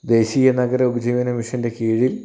ദേശിയ നഗര ഉപജീവന മിഷന്റെ കീഴിൽ